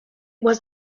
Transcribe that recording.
was